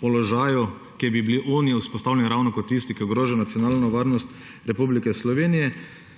položaju, kjer bi bili oni vzpostavljeni ravno kot tisti, ki ogrožajo nacionalno varnost Republike Slovenije,